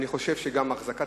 אני חושב שגם אחזקת